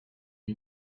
lui